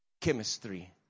chemistry